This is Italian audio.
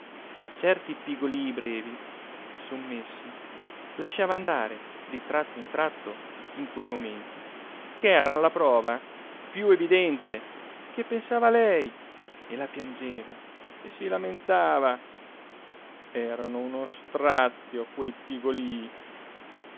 certi pigolii brevi sommessi lasciava andare di tratto in tratto in quei momenti che eran la prova più evidente che pensava a lei e la piangeva e si lamentava erano uno strazio quei pigolii